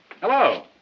Hello